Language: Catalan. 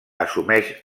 assumeix